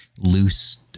loose